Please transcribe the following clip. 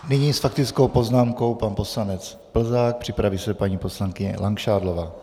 Nyní s faktickou poznámkou pan poslanec Plzák, připraví se paní poslankyně Langšádlová.